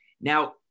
Now